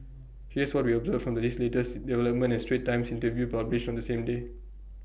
here's what we observed from this latest development and straits times interview published on the same day